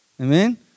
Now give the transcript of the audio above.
Amen